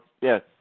Yes